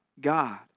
God